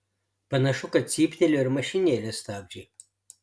panašu kad cyptelėjo ir mašinėlės stabdžiai